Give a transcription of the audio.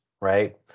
right